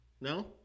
No